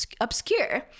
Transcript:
obscure